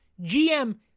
GM